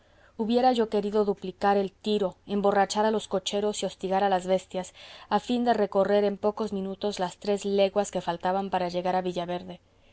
hubiera yo querido duplicar el tiro emborrachar a los cocheros y hostigar a las bestias a fin de recorrer en pocos minutos las tres leguas que faltaban para llegar a villaverde